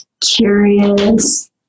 curious